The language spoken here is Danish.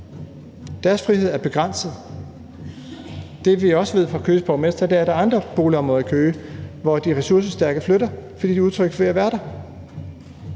Deres frihed er begrænset. Det, vi også ved fra Køges borgmester, er, at der er andre boligområder i Køge, som de ressourcestærke flytter fra, fordi de er utrygge ved at være der.